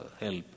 help